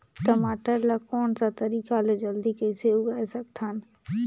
टमाटर ला कोन सा तरीका ले जल्दी कइसे उगाय सकथन?